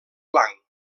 blanc